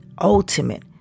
Ultimate